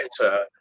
better